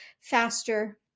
faster